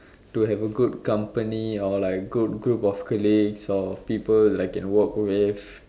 to have a good company or like good group of colleagues or people like can work with